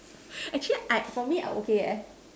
actually I for me I okay eh